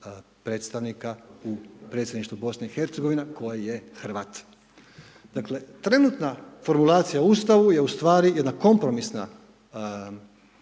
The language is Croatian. predstavnika u predsjedništvo BiH tko je Hrvat. Dakle, trenutna formulacija u Ustavu je ustvari jedna kompromisna